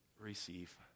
receive